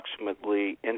Approximately